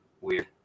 weird